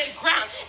ground